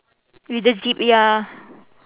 with the zip ya